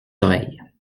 oreilles